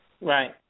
Right